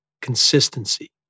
consistency